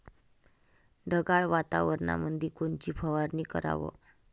ढगाळ वातावरणामंदी कोनची फवारनी कराव?